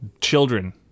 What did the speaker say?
Children